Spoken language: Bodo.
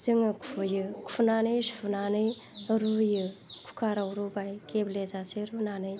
जोङो खुयो खुनानै सुनानै रुयो कुकाराव रुबाय गेब्लेजासे रुनानै